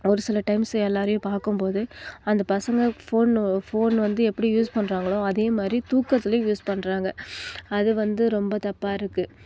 ஒரு சில டைம்ஸ் எல்லாரையும் பார்க்கும்போது அந்த பசங்க ஃபோன் ஃபோன் வந்து எப்படி யூஸ் பண்ணுறாங்களோ அதேமாதிரி தூக்கத்திலையும் யூஸ் பண்ணுறாங்க அதுவந்து ரொம்ப தப்பாக இருக்குது